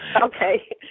Okay